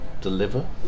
deliver